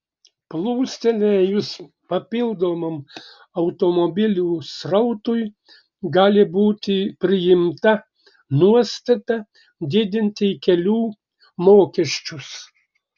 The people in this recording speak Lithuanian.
plūstelėjus papildomam automobilių srautui gali būti priimta nuostata didinti kelių mokesčius